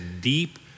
deep